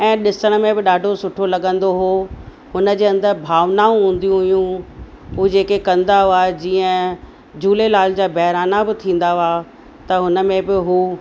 ऐं ॾिसण में बि ॾाढो सुठो लॻंदो हो हुन जे अंदरि भावनाऊं हूंदियूं हुयूं हू जेके कंदा हुआ जीअं झूलेलाल जा ॿहिराणा बि थींदा हुआ त हुन में बि हू